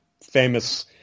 famous